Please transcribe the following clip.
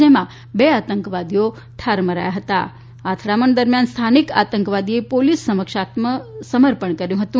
જેમાં બે આતંકવાદી ઠાર થયા હતા આ અથડામણ દરમ્યાન સ્થાનીક આતંકવાદીએ પોલીસ સમક્ષ આત્મસમર્પણ કર્યું હતું